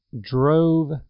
drove